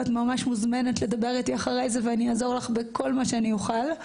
ואת ממש מוזמנת לדבר איתי אחרי זה ואני אעזור לך בכל מה שאני אוכל,